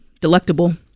Delectable